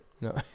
No